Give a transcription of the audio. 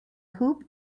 hoop